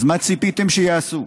אז מה ציפיתם שיעשו?